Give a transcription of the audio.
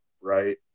right